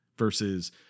Versus